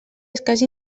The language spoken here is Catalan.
escàs